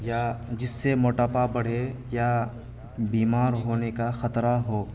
یا جس سے موٹاپا بڑھے یا بیمار ہونے کا خطرہ ہو